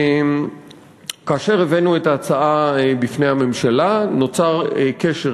שכאשר הבאנו את ההצעה בפני הממשלה נוצר קשר